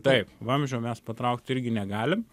taip vamzdžio mes patraukt irgi negalim